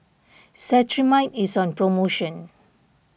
Cetrimide is on promotion